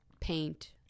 paint